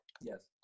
Yes